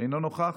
אינו נוכח,